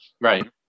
Right